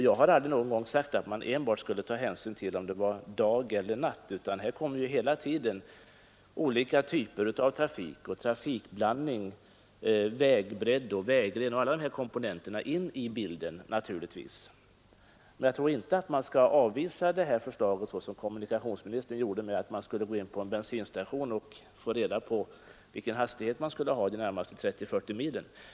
Jag har aldrig sagt att man enbart skulle ta hänsyn till dag eller natt vid hastighetsangivelserna, utan här kommer hela tiden olika typer av trafik — trafikblandning, vägbredd, vägren och alla andra komponenter — in i bilden. Jag tror inte att man som kommunikationsministern gjorde bara skall avvisa förslaget och något raljant säga att vi kan gå in på en bensinstation och där ta reda på vilken hastighet vi skall ha under de närmaste 30—40 milen.